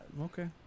Okay